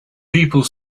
people